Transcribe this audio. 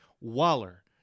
waller